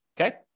Okay